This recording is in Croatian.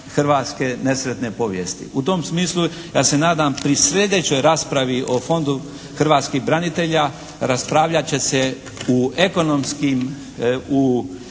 hrvatske nesretne povijesti. U tom smislu ja se nadam pri sljedećoj raspravi o Fondu hrvatskih branitelja raspravljat će se u ekonomskim, u